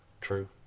true